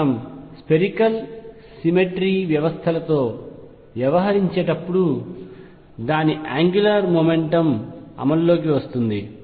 కాబట్టి మనం spherical symmetry వ్యవస్థలతో వ్యవహరించేటప్పుడు దాని యాంగ్యులార్ మెకానిక్స్ అమలులోకి వస్తుంది